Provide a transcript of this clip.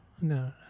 No